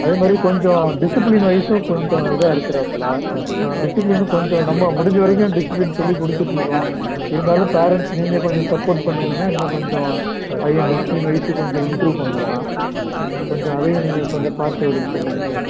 அதே மாதிரி கொஞ்சம் டிசிப்ளின் வைஸும் கொஞ்சம் இதாக இருக்கிறாப்ல டிசிப்ளினும் கொஞ்சம் நம்ம முடிஞ்ச வரைக்கும் டிசிப்ளின் சொல்லிக் கொடுத்துட்டுருக்கோம் இருந்தாலும் பேரண்ட்ஸ் நீங்கள் கொஞ்சம் சப்போர்ட் பண்ணீங்கன்னா இன்னும் கொஞ்சம் பையன் டிசிப்ளின் வைஸ் கொஞ்சம் இம்ப்ரூவ் பண்ணுவான் கொஞ்சம் அதையும் நீங்கள் கொஞ்சம் பார்த்துவிடுங்க சொல்லுங்கள் சார்